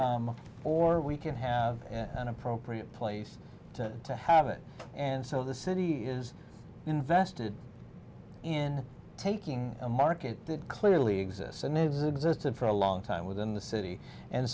schools or we can have an appropriate place to have it and so the city is invested in taking a market that clearly exists and existed for a long time within the city and